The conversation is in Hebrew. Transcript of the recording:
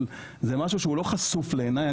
אבל זה משהו שהוא לא חשוף לעיניי,